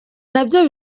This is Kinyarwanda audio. nabyo